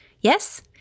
Yes